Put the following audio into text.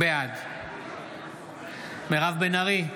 בעד מירב בן ארי,